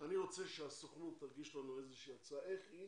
אני רוצה שהסוכנות תגיש לנו איזושהי הצעה, איך היא